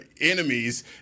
enemies